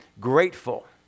grateful